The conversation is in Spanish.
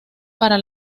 para